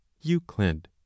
Euclid